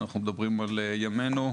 אם אנחנו מדברים על ימינו.